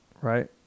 right